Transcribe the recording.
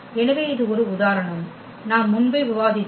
எனவே இது ஒரு உதாரணம் நாம் முன்பே விவாதித்தோம்